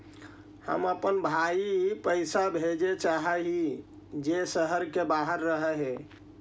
हम अपन भाई पैसा भेजल चाह हीं जे शहर के बाहर रह हे